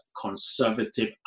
conservative